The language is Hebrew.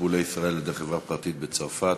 בולי ישראל על-ידי חברה פרטית בצרפת,